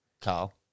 Carl